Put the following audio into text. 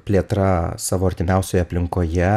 plėtra savo artimiausioj aplinkoje